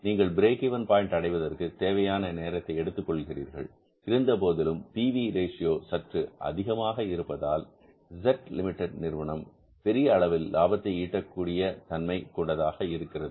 நீங்கள் break even point அடைவதற்கு தேவையான நேரத்தை எடுத்துக் கொள்கிறீர்கள் இருந்தபோதிலும் பி வி ரேஷியோ சற்று அதிகமாக இருப்பதால் Z லிமிடெட் நிறுவனம் பெரிய அளவில் லாபத்தை ஈட்டக்கூடிய தன்மை கொண்டதாக இருக்கிறது